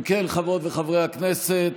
אם כן, חברות וחברי הכנסת,